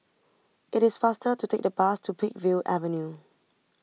it is faster to take the bus to Peakville Avenue